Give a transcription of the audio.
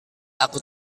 aku